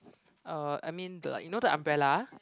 uh I mean the like you know the umbrella